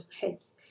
heads